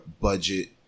budget